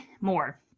more